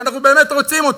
אם אנחנו באמת רוצים אותו.